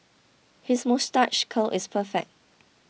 his moustache curl is perfect